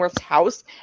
house